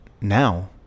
now